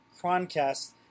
Croncast